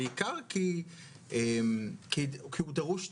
בעיקר כי הוא דרוש תיקון,